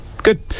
Good